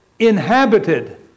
inhabited